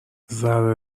ذره